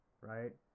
right